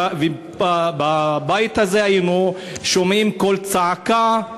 ובבית הזה היינו שומעים קול צעקה,